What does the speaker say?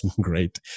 great